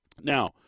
Now